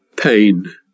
pain